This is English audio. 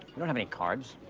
don't have any cards.